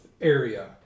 area